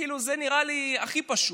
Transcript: כאילו, זה נראה לי הכי פשוט.